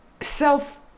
self